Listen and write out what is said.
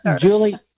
Julie